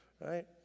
Right